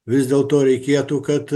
vis dėl to reikėtų kad